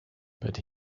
but